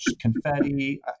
confetti